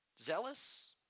zealous